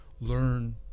learn